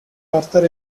arthur